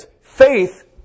faith